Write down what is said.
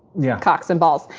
yeah cocks and balls.